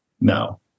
No